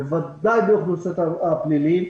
ובוודאי באוכלוסייה הפלילית.